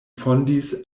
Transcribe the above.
fondis